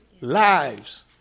lives